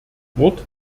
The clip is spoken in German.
wort